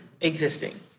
Existing